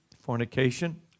fornication